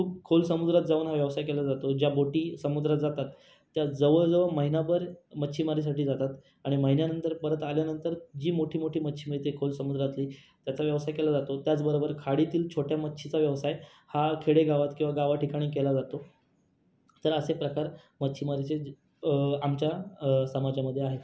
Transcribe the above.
खूप खोल समुद्रात जाऊन हा व्यवसाय केला जातो ज्या बोटी समुद्रात जातात त्या जवळ जवळ महिनाभर मच्छीमारीसाठी जातात आणि महिन्यानंतर परत आल्यानंतर जी मोठी मोठी मच्छी मिळते खोल समुद्रातली त्याचा व्यवसाय केला जातो त्याच बरोबर खाडीतील छोट्या मच्छीचा व्यवसाय हा खेडेगावात किंवा गावाठिकाणी केला जातो तर असे प्रकार मच्छीमारीचे आमच्या समाजामध्ये आहेत